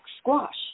squash